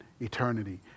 eternity